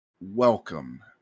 welcome